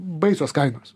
baisios kainos